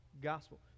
gospel